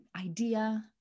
idea